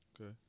Okay